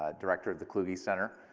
ah director of the kluge center.